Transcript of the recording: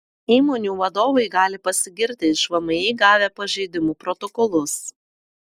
įmonių vadovai gali pasigirti iš vmi gavę pažeidimų protokolus